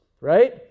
right